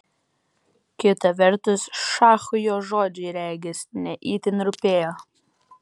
kita vertus šachui jo žodžiai regis ne itin rūpėjo